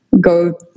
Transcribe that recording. go